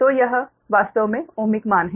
तो यह वास्तव में ओमिक मान है